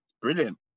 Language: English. Brilliant